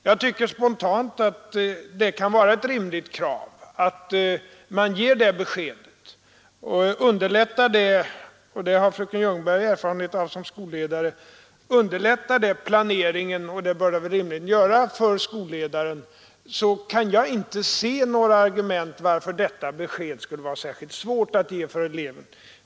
Jag tycker spontant att det kan vara ett rimligt krav att man ger det beskedet, och underlättar det planeringen för skolledaren — detta har fröken Ljungberg erfarenhet av, och det bör det rimligen göra — kan jag inte se några argument för att detta besked skulle vara särskilt svårt att ge för eleven.